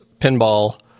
pinball